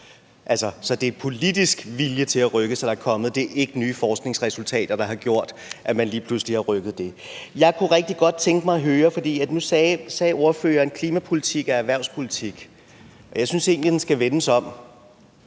Så det er politisk vilje til at rykke sig, der er kommet, det er ikke nye forskningsresultater, der har gjort, at man lige pludselig har rykket det. Jeg kunne rigtig godt tænke mig at høre – for nu sagde ordføreren, at klimapolitik er erhvervspolitik, og jeg synes egentlig, den skal vendes om,